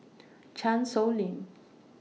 Chan Sow Lin